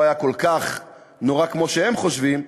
לא היה כל כך נורא כמו שהם חושבים,